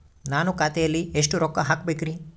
ನಾನು ಖಾತೆಯಲ್ಲಿ ಎಷ್ಟು ರೊಕ್ಕ ಹಾಕಬೇಕ್ರಿ?